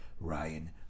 Ryan